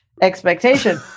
expectation